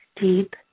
deep